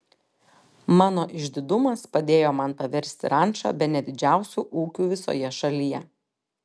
mano išdidumas padėjo man paversti rančą bene didžiausiu ūkiu visoje šalyje